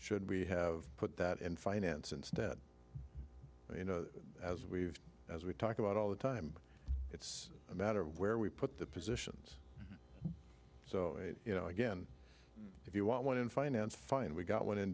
should we have put that in finance instead you know as we've as we talked about all the time it's a matter of where we put the positions so you know again if you want one in finance fine we've got one in